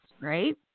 right